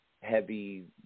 heavy